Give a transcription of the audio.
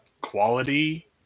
quality